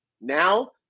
Now